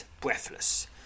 breathless